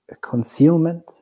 concealment